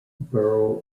borough